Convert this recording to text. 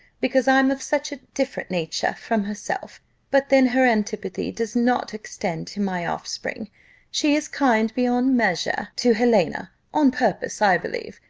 because i'm of such a different nature from herself but then her antipathy does not extend to my offspring she is kind beyond measure to helena, on purpose, i believe,